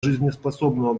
жизнеспособного